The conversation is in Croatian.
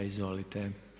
Izvolite.